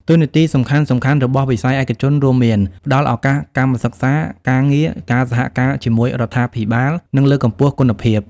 តួនាទីសំខាន់ៗរបស់វិស័យឯកជនរួមមាន ផ្តល់ឱកាសកម្មសិក្សា ការងារ ការសហការជាមួយរដ្ឋាភិបាល និងលើកកម្ពស់គុណភាព។